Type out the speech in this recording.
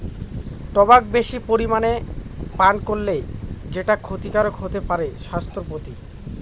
tobacco বেশি পরিমানে পান করলে সেটা ক্ষতিকারক হতে পারে স্বাস্থ্যের প্রতি